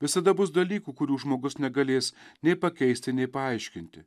visada bus dalykų kurių žmogus negalės nei pakeisti nei paaiškinti